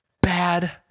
bad